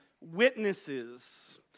witnesses